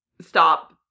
stop